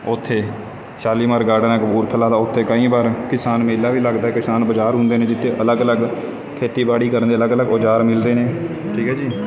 ਉੱਥੇ ਸ਼ਾਲੀਮਾਰ ਗਾਰਡਨ ਆ ਕਪੂਰਥਲਾ ਦਾ ਉੱਥੇ ਕਈ ਵਾਰ ਕਿਸਾਨ ਮੇਲਾ ਵੀ ਲੱਗਦਾ ਕਿਸਾਨ ਬਾਜ਼ਾਰ ਹੁੰਦੇ ਨੇ ਜਿੱਥੇ ਅਲੱਗ ਅਲੱਗ ਖੇਤੀਬਾੜੀ ਕਰਨ ਦੀ ਅਲੱਗ ਅਲੱਗ ਔਜਾਰ ਮਿਲਦੇ ਨੇ ਠੀਕ ਹੈ ਜੀ